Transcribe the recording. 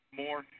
more